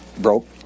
broke